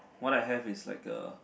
what I have is like a